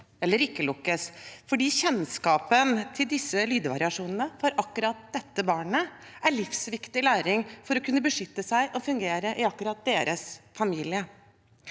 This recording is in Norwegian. eller ikke lukkes, fordi kjennskapen til disse lydvariasjonene for akkurat dette barnet er livsviktig læring for å kunne beskytte seg og fungere i akkurat deres familie?